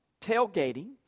tailgating